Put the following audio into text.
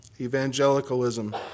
evangelicalism